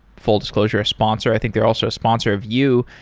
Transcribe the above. full disclosure, a sponsor. i think they also sponsor of you,